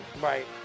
right